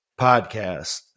podcast